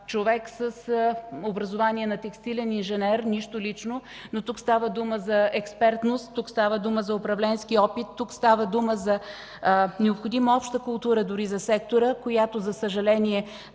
човек с образование на текстилен инженер. Нищо лично, но тук става дума за експертност, става дума за управленски опит, става дума за необходима обща култура за сектора, която за съжаление